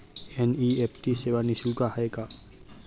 NEFT सेवा निःशुल्क आहे का?